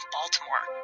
Baltimore